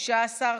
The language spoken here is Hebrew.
תומא סלימאן,